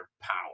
power